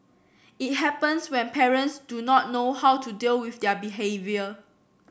it happens when parents do not know how to deal with their behaviour